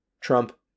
Trump